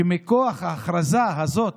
היותר-חמור זה שמכוח ההכרזה הזאת